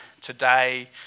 today